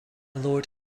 lord